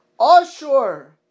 Ashur